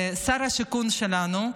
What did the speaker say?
שר השיכון שלנו,